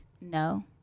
no